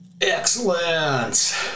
Excellent